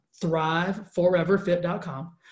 Thriveforeverfit.com